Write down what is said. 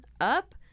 up